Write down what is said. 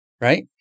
right